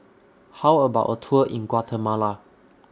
How about A Tour in Guatemala